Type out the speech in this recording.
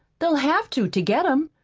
they'll have to, to get em!